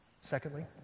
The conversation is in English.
Secondly